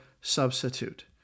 substitute